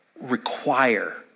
require